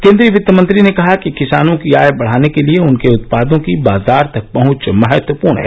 केन्द्रीय वित्तमंत्री ने कहा कि किसानों की आय बढ़ाने के लिए उनके उत्पादों की बाजार तक पहंच महत्वपूर्ण है